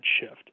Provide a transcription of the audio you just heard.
shift